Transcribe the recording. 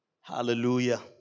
Hallelujah